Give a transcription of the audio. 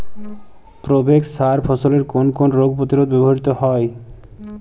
Provex সার ফসলের কোন কোন রোগ প্রতিরোধে ব্যবহৃত হয়?